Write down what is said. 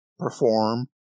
perform